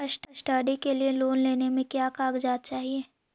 Study के लिये loan लेने मे का क्या कागजात चहोये?